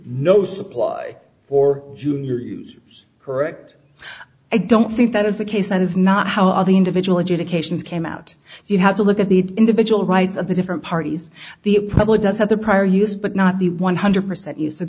no supply for junior use correct i don't think that is the case and it's not how all the individual adjudications came out so you have to look at the individual rights of the different parties the public does have the prior use but not the one hundred percent you s